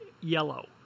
Yellow